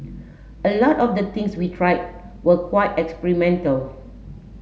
a lot of the things we tried were quite experimental